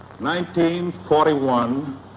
1941